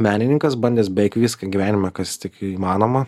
menininkas bandęs beveik viską gyvenime kas tik įmanoma